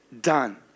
done